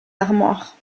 l’armoire